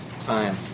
time